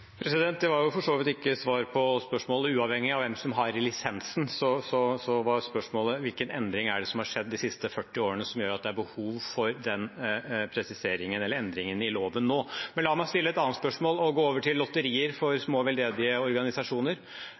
Det var for så vidt ikke svar på spørsmålet. Uavhengig av hvem som har lisensen, var spørsmålet: Hvilken endring er det som har skjedd de siste 40 årene, som gjør at det er behov for den presiseringen eller endringen i loven nå? Men la meg stille et annet spørsmål og gå over til lotterier for små veldedige organisasjoner.